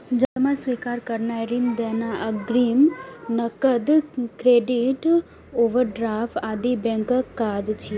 जमा स्वीकार करनाय, ऋण देनाय, अग्रिम, नकद, क्रेडिट, ओवरड्राफ्ट आदि बैंकक काज छियै